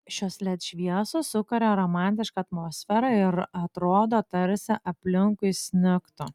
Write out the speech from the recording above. šios led šviesos sukuria romantišką atmosferą ir atrodo tarsi aplinkui snigtų